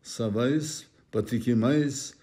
savais patikimais